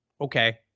Okay